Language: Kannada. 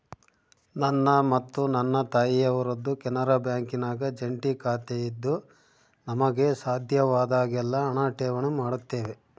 ನನ್ನ ಮತ್ತು ನನ್ನ ತಾಯಿಯವರದ್ದು ಕೆನರಾ ಬ್ಯಾಂಕಿನಾಗ ಜಂಟಿ ಖಾತೆಯಿದ್ದು ನಮಗೆ ಸಾಧ್ಯವಾದಾಗೆಲ್ಲ ಹಣ ಠೇವಣಿ ಮಾಡುತ್ತೇವೆ